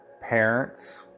parents